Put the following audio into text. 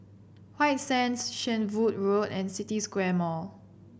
White Sands Shenvood Road and City Square Mall